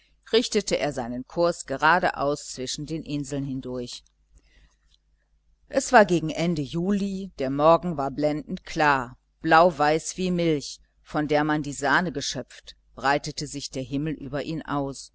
richtete er seinen kurs geradeaus zwischen den inseln hindurch es war gegen ende juli und der morgen war blendend klar blauweiß wie milch von der man die sahne geschöpft breitete sich der himmel über ihn aus